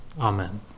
Amen